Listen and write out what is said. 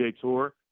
tour